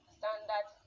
standard